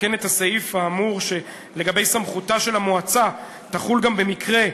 לתקן את הסעיף האמור לגבי סמכותה של המועצה שתחול גם במקרה,